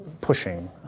pushing